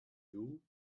you